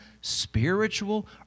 spiritual